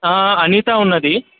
అనితా ఉంది